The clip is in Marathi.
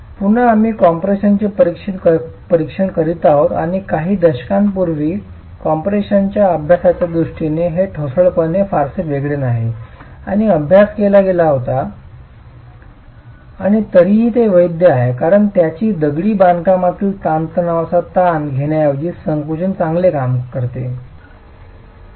पुन्हा आम्ही कम्प्रेशनचे परीक्षण करीत आहोत आणि काही दशकांपूर्वी कॉम्प्रेशनच्या अभ्यासाच्या दृष्टीने हे ठोसपणापेक्षा फारसे वेगळे नाही आणि अभ्यास केला गेला होता आणि तरीही ते वैध आहेत कारण त्यांनी दगडी बांधकामातील ताणतणावाचा ताण घेण्याऐवजी संकुचन चांगले काम केले आहे